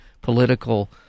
political